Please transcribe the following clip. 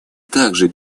также